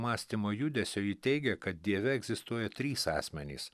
mąstymo judesio ji teigia kad dieve egzistuoja trys asmenys